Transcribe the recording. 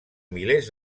milers